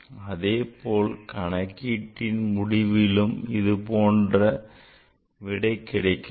அதேபோல் கணக்கீட்டின் முடிவிலும் இதுபோன்ற விடை கிடைக்கலாம்